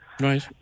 Right